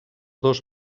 dos